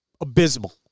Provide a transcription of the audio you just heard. abysmal